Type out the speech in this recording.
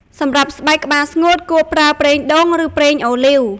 សម្រាប់ស្បែកក្បាលស្ងួត គួរប្រើប្រេងដូង ឬប្រេងអូលីវ។